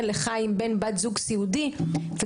חיים עם בן או בת זוג סיעודיים - דברים מאוד ברורים.